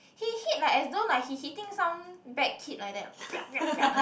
he hit like as though like he hitting some bad kid like that